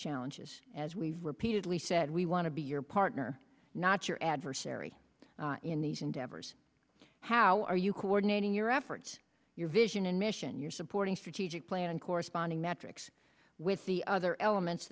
challenges as we've repeatedly said we want to be your partner not your adversary in these endeavors how are you coordinating your efforts your vision and mission your supporting strategic plan and corresponding metrics with the other elements